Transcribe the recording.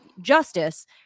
justice